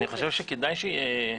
אני חושב שכדאי שיהיה,